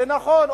נכון,